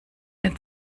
den